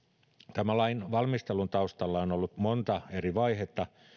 tämän lain valmistelun taustalla on ollut monta eri vaihetta